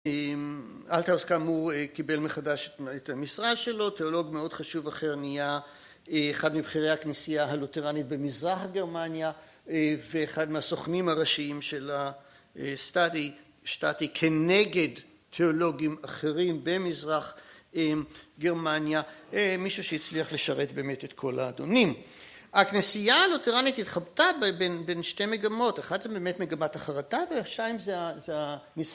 אלטרס כאמור קיבל מחדש את המשרד שלו, תיאולוג מאוד חשוב אחר נהייה אחד מבחירי הכנסייה הלותרנית במזרח גרמניה ואחד מהסוכנים הראשיים של ה-State, כנגד תיאולוגים אחרים במזרח גרמניה, מישהו שהצליח לשרת באמת את קול האדונים. הכנסייה הלותרנית התחבטה בין שתי מגמות, אחת זו באמת מגמת החרטה והשניים זה המשרד.